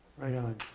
right on. ah